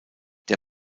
der